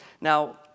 Now